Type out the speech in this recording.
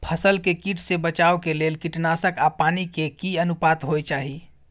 फसल के कीट से बचाव के लेल कीटनासक आ पानी के की अनुपात होय चाही?